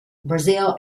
brazil